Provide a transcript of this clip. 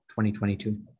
2022